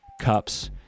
cups